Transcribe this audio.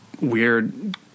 weird